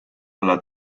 olla